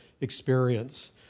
experience